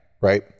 right